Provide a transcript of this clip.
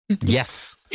Yes